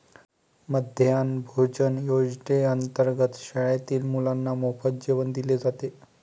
मध्यान्ह भोजन योजनेअंतर्गत शाळेतील मुलांना मोफत जेवण दिले जाते